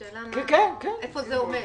השאלה איפה זה עומד.